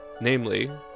Namely